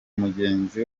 mugenzi